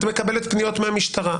מקבלת פניות מהמשטרה,